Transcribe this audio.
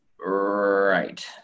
right